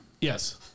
Yes